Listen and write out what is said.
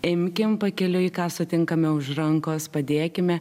imkim pakeliui ką sutinkame už rankos padėkime